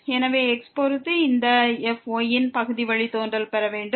எனவே x பொறுத்து இந்த fy ன் பகுதி வழித்தோன்றல் பெற வேண்டும்